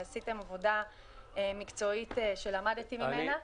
עשיתם עבודה מקצועית שלמדתי ממנה.